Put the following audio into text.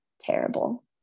terrible